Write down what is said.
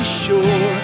sure